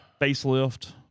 facelift